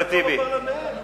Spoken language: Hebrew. חבר פרלמנט